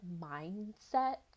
mindset